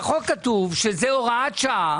בחוק כתוב שזאת הוראת שעה